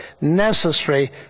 necessary